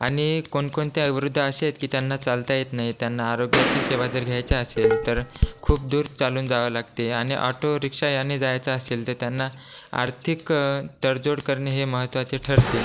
आणि कोणकोणते वृद्ध तर असे आहेत की त्यांना चालता येत नाही त्यांना आरोग्याच्या सेवा जर घ्यायच्या असेल तर खूप दूर चालून जावं लागते आणि ऑटो रिक्षा यांनी जायचा असेल तर त्यांना आर्थिक तडजोड करणे हे महत्त्वाचे ठरते